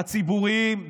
הציבוריים.